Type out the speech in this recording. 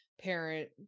parent